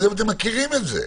אני לא יודע אם אתם מכירים את זה.